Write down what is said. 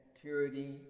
purity